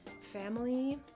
family